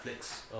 Netflix